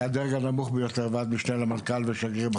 מהדרג הנמוך ביותר ועד משנה למנכ"ל ושגריר בכיר.